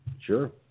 sure